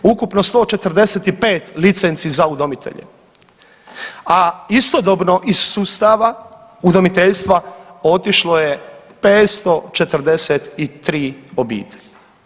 Ukupno 145 licenci za udomitelje, a istodobno iz sustava udomiteljstva otišlo je 543 obitelji.